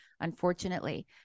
unfortunately